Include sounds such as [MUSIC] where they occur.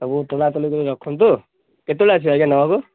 ସବୁ [UNINTELLIGIBLE] କରି ରଖନ୍ତୁ କେତେବେଳେ ଆସିବେ ଆଜ୍ଞା ନେବାକୁ